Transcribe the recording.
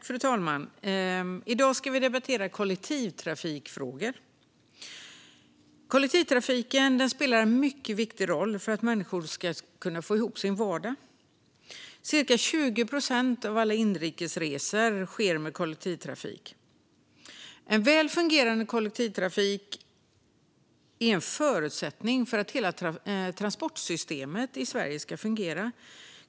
Fru talman! I dag ska vi debattera kollektivtrafikfrågor. Kollektivtrafiken spelar en mycket viktig roll för att människor ska kunna få ihop sin vardag. Cirka 20 procent av alla inrikesresor sker med kollektivtrafik. En väl fungerande kollektivtrafik är en förutsättning för att hela transportsystemet i Sverige ska fungera.